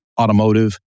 automotive